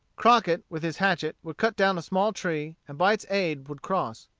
crockett, with his hatchet, would cut down a small tree, and by its aid would cross.